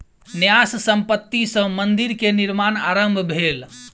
न्यास संपत्ति सॅ मंदिर के निर्माण आरम्भ भेल